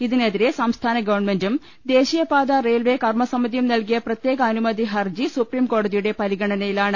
ഇതിനെതിരെ സംസ്ഥാന ഗവൺമെന്റും ദേശീയപാതാ റെയിൽവെ കർമ്മസമിതിയും നൽകിയ പ്രത്യേകാനുമതി ഹർജി സുപ്രീംകോടതിയുടെ പരിഗണന യിലാണ്